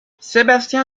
sébastien